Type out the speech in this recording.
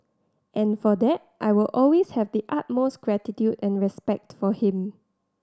and for that I will always have the utmost gratitude and respect for him